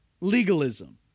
legalism